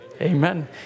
Amen